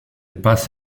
passe